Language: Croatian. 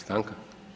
Stanka?